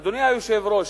אדוני היושב-ראש,